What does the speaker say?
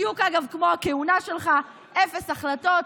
בדיוק כמו הכהונה שלך: אפס החלטות,